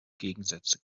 gegensätze